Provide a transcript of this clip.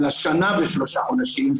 אלא שנה ושלושה חודשים,